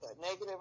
negative